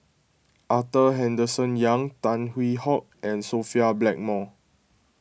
Arthur Henderson Young Tan Hwee Hock and Sophia Blackmore